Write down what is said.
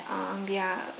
um we are